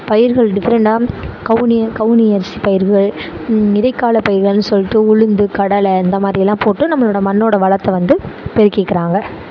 பயிர்கள் டிஃப்ரெண்டாக கவுனி கவுனி அரிசி பயிர்கள் இடைக்கால பயிர்கள்னு சொல்லிட்டு உளுந்து கடலை இந்தமாதிரியெல்லாம் போட்டு நம்மளோடய மண்ணோடய வளத்தை வந்து பெருக்கிறாங்க